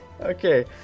Okay